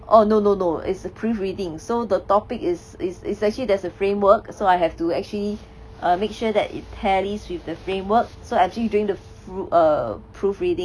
oh no no no it's proofreading so the topic is is is actually there is a framework so I have to actually err make sure that it tallies with the framework so actually doing the proo~ err proofreading